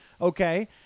Okay